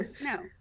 No